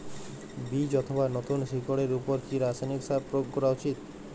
বীজ অথবা নতুন শিকড় এর উপর কি রাসায়ানিক সার প্রয়োগ করা উচিৎ?